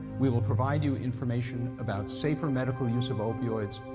we will provide you information about safer medical use of opioids,